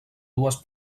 dues